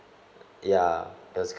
ya that's great